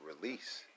release